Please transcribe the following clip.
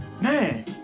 Man